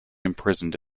imprisoned